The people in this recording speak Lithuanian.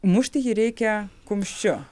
mušti jį reikia kumščiu